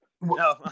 No